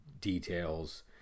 details